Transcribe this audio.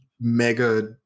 mega